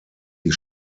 die